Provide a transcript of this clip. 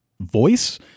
voice